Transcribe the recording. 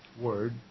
Word